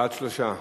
בעד, 3,